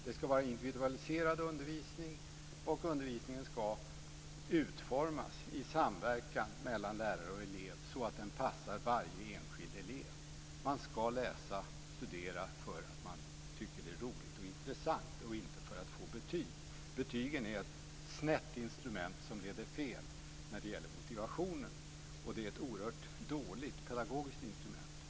Det ska vara individualiserad undervisning, och undervisningen ska utformas i samverkan mellan lärare och elev, så att den passar varje enskild elev. Man ska studera för att man tycker att det är roligt och intressant, inte för att få betyg. Betygen är ett snett instrument, som leder fel när det gäller motivationen, och det är ett oerhört dåligt pedagogiskt instrument.